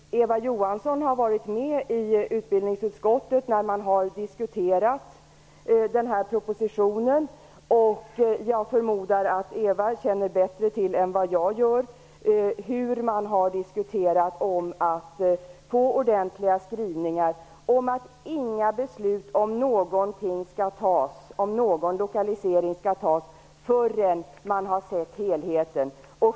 Eva Johansson var med i utbildningsutskottet när den här propositionen diskuterades. Jag förmodar att Eva bättre än jag känner till hur man har diskuterat för att få fram ordentliga skrivningar om att inga beslut om lokalisering skall fattas förrän man har sett helheten.